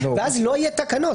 ואז לא יהיו תקנות.